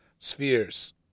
Spheres